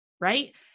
right